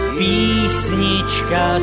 písnička